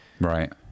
Right